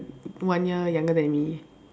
one year younger than me